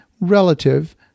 relative